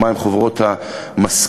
מה הן חובות המשכיר?